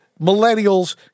millennials